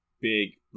Big